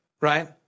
right